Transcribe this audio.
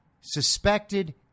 suspected